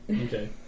Okay